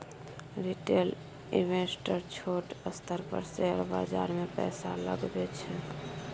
retail investor छोट स्तर पर शेयर बाजार मे पैसा लगबै छै